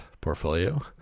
portfolio